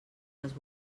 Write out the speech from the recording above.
les